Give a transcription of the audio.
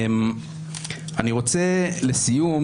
אני רוצה לסיום,